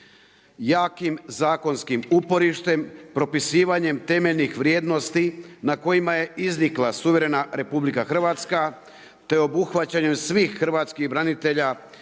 Jakim zakonskim uporištem, propisivanjem temeljnih vrijednosti na kojima je iznikla suverena RH te obuhvaćanjem svih hrvatskih branitelja